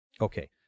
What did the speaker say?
Okay